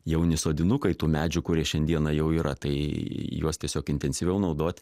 jauni sodinukai tų medžių kurie šiandieną jau yra tai juos tiesiog intensyviau naudot